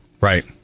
Right